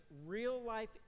real-life